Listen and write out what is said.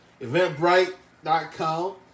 Eventbrite.com